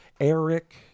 Eric